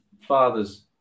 fathers